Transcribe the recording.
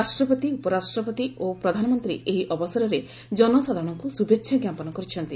ରାଷ୍ଟପତି ଉପରାଷ୍ଟପତି ଓ ପ୍ରଧାନମନ୍ତ୍ରୀ ଏହି ଅବସରରେ ଜନସାଧାରଣଙ୍କୁ ଶୁଭେଚ୍ଛା ଜ୍ଞାପନ କରିଛନ୍ତି